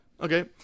okay